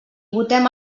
votem